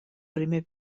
primer